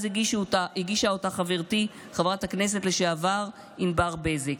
אז הגישה אותה חברתי חברת הכנסת לשעבר ענבר בזק.